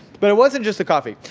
but it wasn't just the coffee.